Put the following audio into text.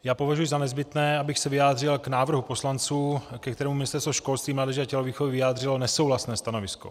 Já považuji za nezbytné, abych se vyjádřil k návrhu poslanců, ke kterému Ministerstvo školství, mládeže a tělovýchovy vyjádřilo nesouhlasné stanovisko.